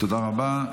תודה רבה.